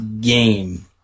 game